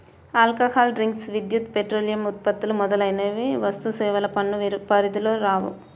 alcohol drinks, విద్యుత్, పెట్రోలియం ఉత్పత్తులు మొదలైనవి వస్తుసేవల పన్ను పరిధిలోకి రావు